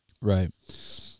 Right